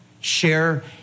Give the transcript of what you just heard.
Share